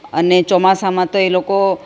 અને ચોમાસામાં તો એ લોકો